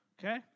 Okay